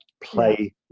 play